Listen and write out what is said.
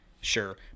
sure